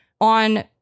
on